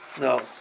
No